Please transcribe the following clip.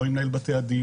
לא עם מנהל בתי הדין,